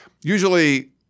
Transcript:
usually